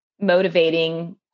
motivating